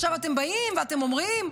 עכשיו אתם באים ואומרים: